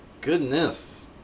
goodness